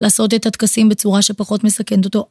לעשות את הטקסים בצורה שפחות מסכנת אותו.